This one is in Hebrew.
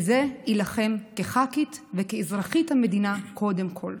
בזה אילחם כח"כית וכאזרחית המדינה, קודם כול.